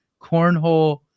cornhole